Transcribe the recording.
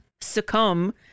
succumb